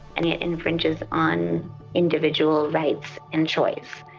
and it infringes on individual rights and choice.